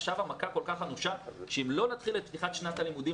עכשיו המכה כל כך אנושה שאם לא נתחיל את פתיחת שנת הלימודים